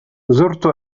زرت